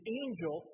angel